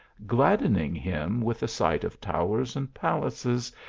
gladdening him with the sight of towers and palaces,